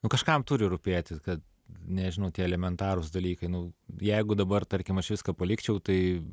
o kažkam turi rūpėti kad nežinau tie elementarūs dalykai nu jeigu dabar tarkim aš viską palikčiau tai